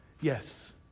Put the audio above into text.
Yes